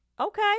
Okay